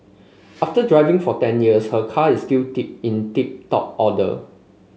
after driving for ten years her car is still tip in tip top order